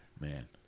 Man